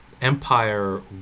Empire